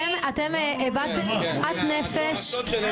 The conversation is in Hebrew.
הבעת שאט נפש.